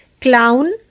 clown